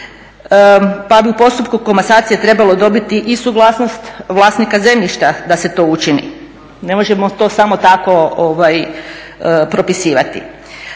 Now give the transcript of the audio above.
pa bi u postupku komasacije trebalo dobiti i suglasnost vlasnika zemljišta da se to učini. Ne možemo to samo tako propisivati.